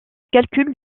calcul